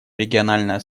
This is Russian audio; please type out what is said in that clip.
региональное